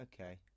Okay